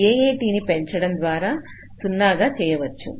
AAT ని పెంచడం ద్వారా 0 గా చేయవచ్చు